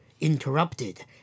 interrupted